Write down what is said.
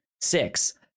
six